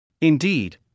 Indeed